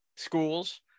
schools